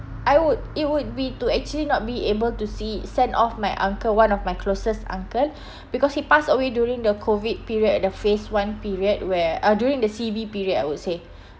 I would it would be to actually not be able to see send off my uncle one of my closest uncle because he pass away during the COVID period at the phase one period where uh during the C_B period I would say